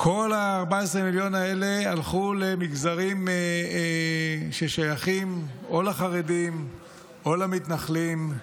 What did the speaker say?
כל 14 המיליארד האלה הלכו למגזרים ששייכים או לחרדים או למתנחלים.